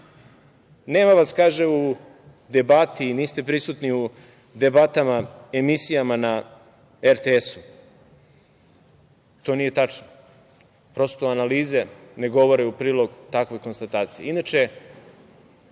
vas u debati, niste prisutni u debatama, emisijama na RTS. To nije tačno. Prosto, analize ne govore u prilog takvoj konstataciji.